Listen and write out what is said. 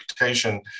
reputation